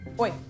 Oi